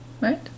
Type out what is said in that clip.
right